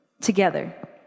Together